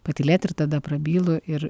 patylėti ir tada prabylu ir